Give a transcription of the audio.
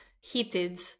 heated